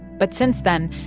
but since then,